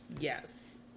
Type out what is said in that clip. Yes